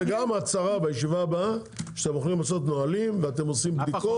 וגם הצהרה בישיבה הבאה שאתם הולכים לעשות נהלים ואתם עושים בדיקות.